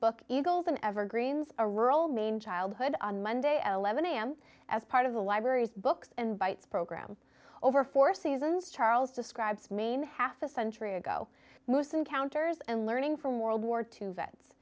book eagleton evergreens a rural maine childhood on monday at eleven am as part of the library's books and bytes program over four seasons charles describes maine half a century ago moose encounters and learning from world war two vets